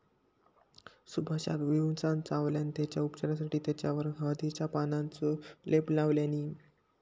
सुभाषका विंचवान चावल्यान तेच्या उपचारासाठी तेच्यावर हळदीच्या पानांचो लेप लावल्यानी